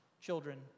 children